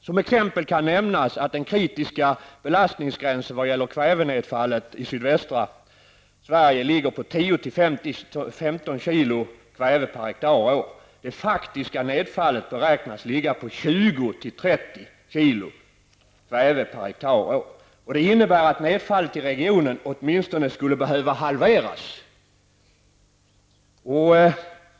Som exempel kan nämnas att den kritiska belastningsgränsen vad gäller kvävenedfallet i sydvästra Sverige ligger på 10--15 kg kväve per hektar och år. Det faktiska nedfallet beräknas emellertid ligga runt 20--30 kg kväve per hektar och år. Detta innebär att nedfallet i regionen åtminstone skulle behöva halveras.